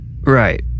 Right